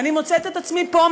אני מוצאת את עצמי פה,